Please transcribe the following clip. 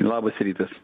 labas rytas